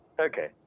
Okay